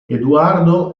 eduardo